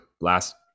last